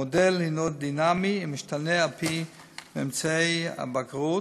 המודל הוא דינמי, ומשתנה על-פי ממצאי הבקרות,